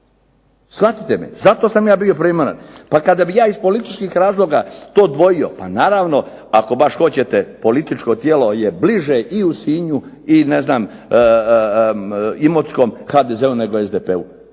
shvatite me. Zato sam ja bio primoran. Pa kada bih ja iz političkih razloga to dvojio, pa naravno ako baš hoćete političko tijelo je bliže i u Sinju i ne znam Imotskom HDZ-u nego SDP-u.